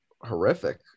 horrific